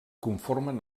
conformen